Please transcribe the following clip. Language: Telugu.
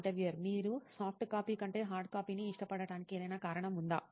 ఇంటర్వ్యూయర్ మీరు సాఫ్ట్ కాపీ కంటే హార్డ్ కాపీని ఇష్టపడటానికి ఏదైనా కారణం ఉందా